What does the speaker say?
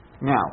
Now